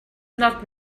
not